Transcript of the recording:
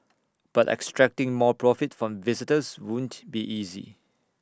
but extracting more profit from visitors won't be easy